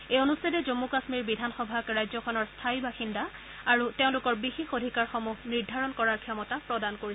এই অনুছেদে জমু কাম্মীৰ বিধানসভাক ৰাজ্যখনৰ স্থায়ী বাসিন্দা আৰু তেওঁলোকৰ বিশেষ অধিকাৰসমূহ নিৰ্ধাৰণ কৰাৰ ক্ষমতা নিৰ্ধাৰণ কৰিছে